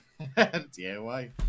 DIY